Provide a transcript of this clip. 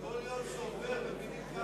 כל יום שעובר מבינים כמה צריך את ציפי.